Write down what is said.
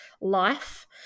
life